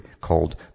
called